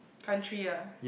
country ya